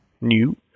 new